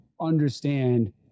understand